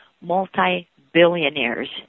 multi-billionaires